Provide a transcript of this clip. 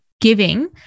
giving